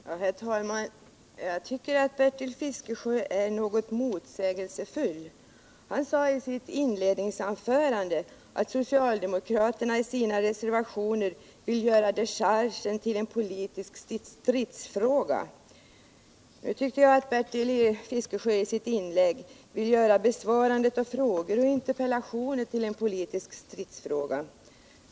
Herr talman! Jag tycker att Bertil Fiskesjö är något motsägelsefull. Han sade i sitt inledningsanförande att socialdemokraterna i sina reservationer vill göra dechargen till en politisk stridsfråga. Nu tycker jag att Bertil Fiskesjö vill göra besvarande av frågor och interpellationer till en politisk stridsfråga.